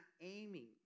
aiming